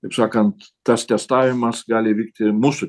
taip sakant tas testavimas gali įvykti ir mūsų